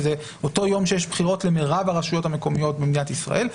שזה אותו יום שיש בחירות למירב הרשויות המקומיות במדינת ישראל.